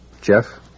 Jeff